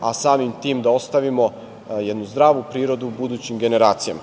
a samim tim da ostavimo jednu zdravu prirodu budućim generacijama.